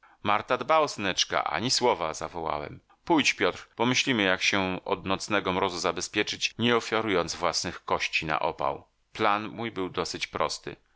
marta dba o synaczka ani słowa zawołałem pójdź piotr pomyślimy jak się od nocnego mrozu zabezpieczyć nie ofiarując własnych kości na opał piotr